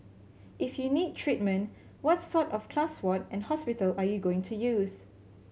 if you need treatment what sort of class ward and hospital are you going to use